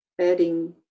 adding